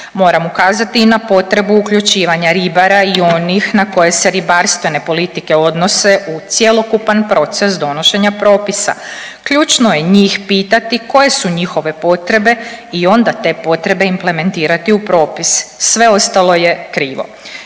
Moram ukazati i na potrebu uključivanja ribara i onih na koje se ribarstvene politike odnose uz cjelokupan proces donošenja propisa. Ključno je njih pitati koje su njihove potrebe i onda te potrebe implementirati u propis. Sve ostalo je krivo.